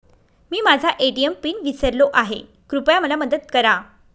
मी माझा ATM PIN विसरलो आहे, कृपया मला मदत करा